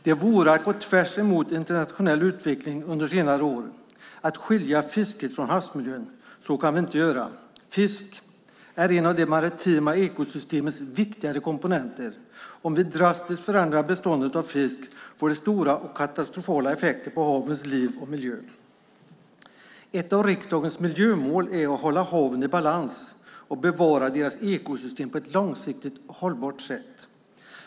Det vore att gå tvärt emot internationell utveckling under senare år att skilja fisket från havsmiljön. Så kan vi inte göra. Fisk är en av det maritima ekosystemets viktigare komponenter. Om vi drastiskt förändrar beståndet av fisk får det stora och katastrofala effekter på havens liv och miljö. Ett av riksdagens miljömål är att hålla haven i balans och bevara deras ekosystem på ett långsiktigt hållbart sätt.